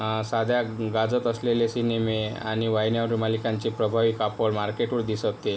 सध्या गाजत असलेले सिनेमे आणि वाहिन्या व मालिकांचे प्रभावी कापड मार्केटवर दिसते